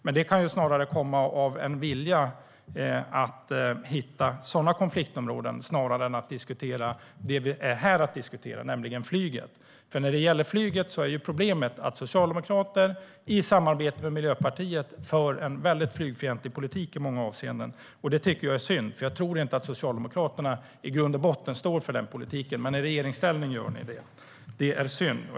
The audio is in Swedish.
Men det kan snarare komma av en vilja att hitta sådana konfliktområden än att diskutera det vi är här för att diskutera, nämligen flyget. När det gäller flyget är problemet att socialdemokrater i samarbete med Miljöpartiet för en i många avseenden flygfientlig politik. Det är synd. Jag tror inte att Socialdemokraterna i grund och botten står för den politiken, men i regeringsställning gör ni det. Det är synd.